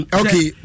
okay